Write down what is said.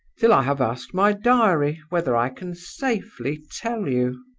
till i have asked my diary whether i can safely tell you.